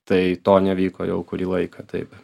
tai to nevyko jau kurį laiką taip